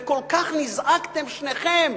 וכל כך נזעקתם שניכם.